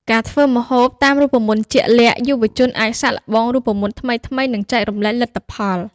ការធ្វើម្ហូបតាមរូបមន្តជាក់លាក់យុវជនអាចសាកល្បងរូបមន្តថ្មីៗ និងចែករំលែកលទ្ធផល។